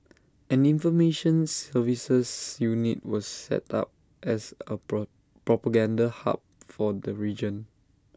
an information services unit was set up as A pro propaganda hub for the region